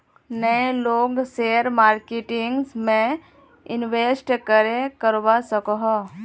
नय लोग share marketing में इंवेस्ट करे करवा सकोहो?